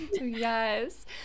Yes